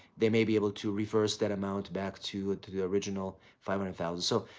they may be able to reverse that amount back to to the original five hundred thousand. so,